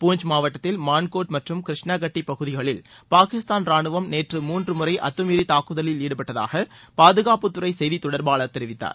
பூஞ்ச் மாவட்டத்தில் மான்கோட் மற்றும் கிருஷ்ணாகட்டி பகுதிகளில் பாகிஸ்தான் ராணுவம் நேற்று மூன்று முறை அத்தமீறி தாக்குதலில் ஈடுபட்டதாக பாதுகாப்புத்துறை செய்தி தொடர்பாளர் தெரிவித்தார்